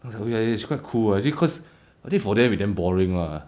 ya it's quite cool lah but actually cause I think for them is damn boring lah